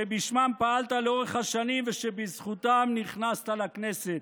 שבשמם פעלת לאורך כל השנים ושבזכותם נכנסת לכנסת.